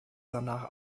danach